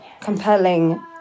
compelling